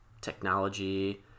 technology